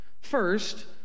First